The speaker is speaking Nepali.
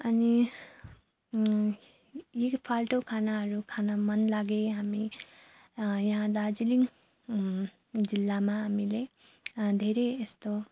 अनि यही फाल्टो खानाहरू खान मन लागे हामी यहाँ दार्जिलिङ जिल्लामा हामीले धेरै यस्तो